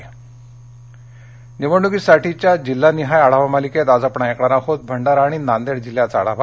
निधानसभा जिल्हानिहाय आढावा निवडणूकीसाठीच्या जिल्हानिहाय आढावा मालिकेत आज आपण ऐकणार आहोत भंडारा आणि नांदेड जिल्ह्याचा आढावा